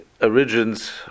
origins